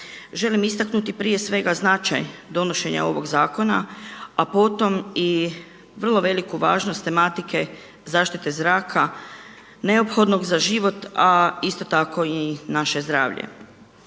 želim istaknuti prije svega značaj donošenja ovog zakona, a potom i vrlo veliku važnost tematike zaštite zraka neophodnog za život, a isto tako i naše zdravlje.